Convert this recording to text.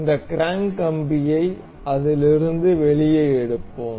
இந்த கிராங்க் கம்பியை அதிலிருந்து வெளியே எடுப்போம்